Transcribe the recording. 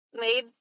made